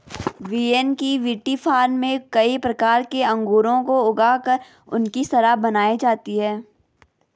Vienna के विटीफार्म में कई प्रकार के अंगूरों को ऊगा कर उनकी शराब बनाई जाती है